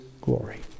glory